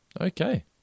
Okay